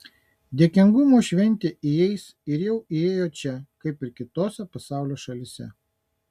dėkingumo šventė įeis ir jau įėjo čia kaip ir kitose pasaulio šalyse